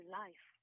life